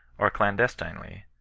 or clandestinely,